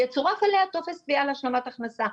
יצורף עליה טופס תביעה להשלמת הכנסה.